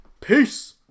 Peace